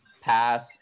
pass